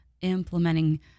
implementing